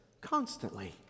constantly